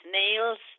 nails